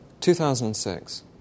2006